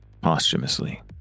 posthumously